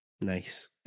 Nice